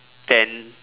ten